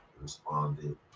responded